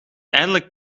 eindelijk